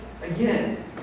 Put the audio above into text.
again